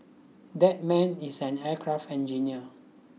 that man is an aircraft engineer